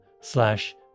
Slash